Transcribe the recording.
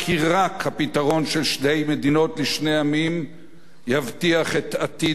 שתי מדינות לשני עמים יבטיח את עתיד המפעל הציוני.